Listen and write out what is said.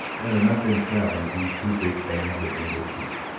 had i not been travelling through two big bands of engle's sheep.